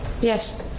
Yes